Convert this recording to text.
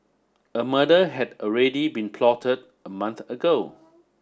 a murder had already been plotted a month ago